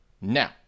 Now